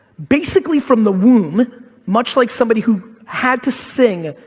basically from the womb much like somebody who had to sing,